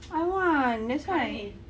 I want that's why